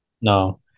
No